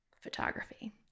photography